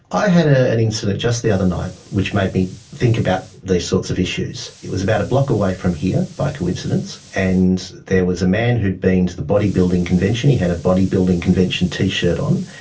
i had an incident just the other night which made me think about these sorts of issues. it was about a block away from here, by coincidence, and there was a man who had been to the bodybuilding convention, he had a bodybuilding convention t-shirt on,